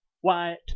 white